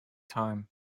time